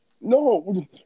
No